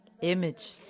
Image